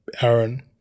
Aaron